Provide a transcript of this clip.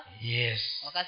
Yes